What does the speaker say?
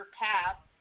path